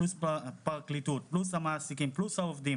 פלוס הפרקליטות פלוס המעסיקים פלוס העובדים